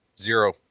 Zero